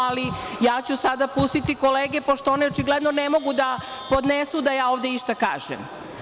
Ali, ja ću sada pustiti kolege, pošto oni očigledno ne mogu da podnesu da ja ovde išta kažem.